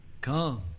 Come